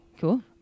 Cool